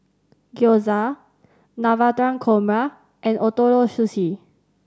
Gyoza Navratan Korma and Ootoro Sushi